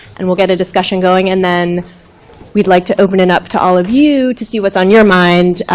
and we'll get a discussion going, and then we'd like to open it up to all of you to see what's on your mind,